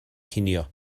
cinio